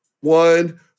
one